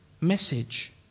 message